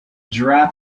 giraffe